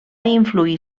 influir